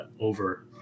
over